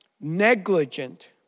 negligent